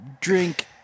drink